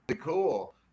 cool